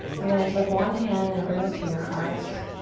you're gonna take one hand and bring it to your heart.